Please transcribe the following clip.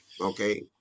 Okay